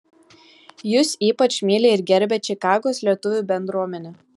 jus ypač myli ir gerbia čikagos lietuvių bendruomenė